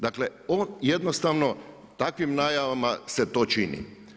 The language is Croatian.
Dakle on jednostavno takvim najavama se to čini.